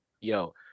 Yo